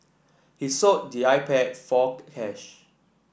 he sold the iPad for cash